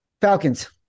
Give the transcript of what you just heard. Falcons